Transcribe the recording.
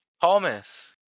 Thomas